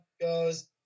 goes